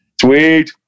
Sweet